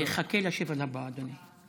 חכה לשפל הבא, אדוני.